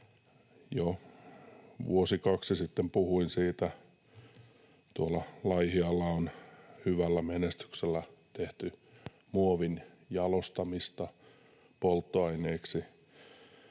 vuosi kaksi sitten puhuin siitä, että tuolla Laihialla on hyvällä menestyksellä tehty muovin jalostamista polttoaineeksi.